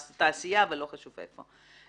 תעשייה ולא חשוב איפה.